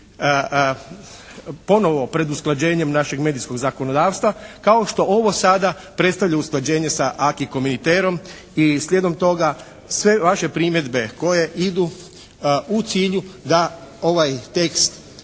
ponovo pred usklađenjem našeg medijskog zakonodavstva kao što ovo sada predstavlja usklađenje sa aquis communautaireom i slijedom toga sve vaše primjedbe koje idu u cilju da ovaj tekst